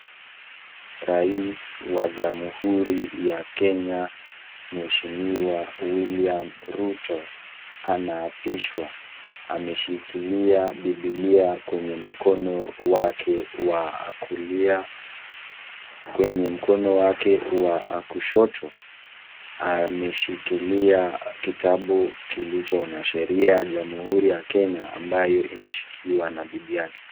Rais wa jamhuri ya Kenya, mheshimiwa William Ruto anaapishwa, ameshikilia bibilia kwenye mkono wake wa kulia. Kwenye mkono wake wa kushoto ameshikilia kitabu kilicho na sheria ya jamhuri ya Kenya, ambayo imeshikiliwa na bibi yake.